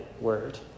word